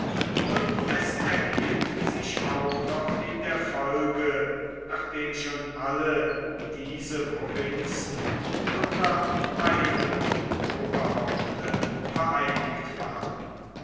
und es erhielt sich auch noch in der folge nachdem schon alle diese provinzen unter einem oberhaupte vereinigt waren